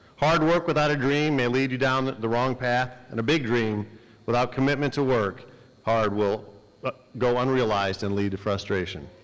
hard work without a dream may lead you down the wrong path and a big dream without commitment to work hard will but go unrealized and lead to frustration.